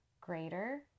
greater